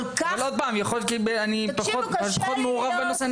אני פחות מעורב בנושא,